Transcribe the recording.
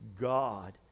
God